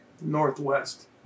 northwest